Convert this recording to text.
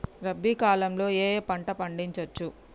రబీ కాలంలో ఏ ఏ పంట పండించచ్చు?